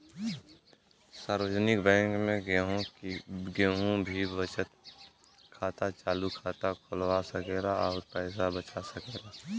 सार्वजनिक बैंक में केहू भी बचत खाता, चालु खाता खोलवा सकेला अउर पैसा बचा सकेला